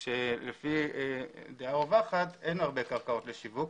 לפי הדעה הרווחת אין הרבה קרקעות לשיווק.